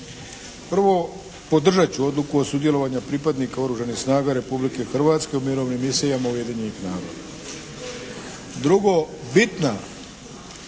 Prvo, podržat ću Odluku o sudjelovanju pripadnika Oružanih snaga Republike Hrvatske u mirovnim misijama Ujedinjenih naroda. Drugo, bitna